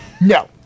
No